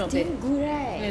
it's damn good right